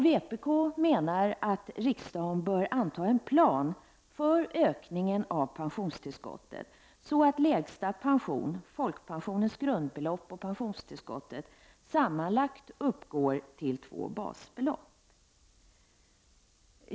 Vpk menar att riksdagen bör anta en plan för ökningen av pensionstillskottet, så att lägsta pension, folkpensionens grundbelopp och pensionstillskottet, sammanlagt uppgår till två basbelopp.